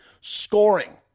scoring